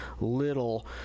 Little